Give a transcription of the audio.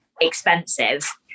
expensive